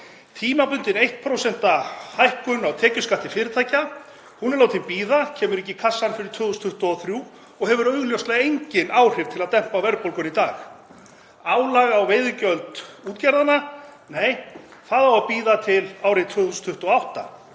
Tímabundin 1% hækkun á tekjuskatti fyrirtækja er látin bíða, kemur ekki í kassann fyrr en 2023 og hefur augljóslega engin áhrif til að dempa verðbólgu í dag. Álag á veiðigjöld útgerðanna, nei, það á að bíða til ársins 2028.